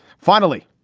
finally,